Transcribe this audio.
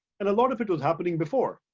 and a lot of it was happening before.